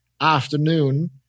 afternoon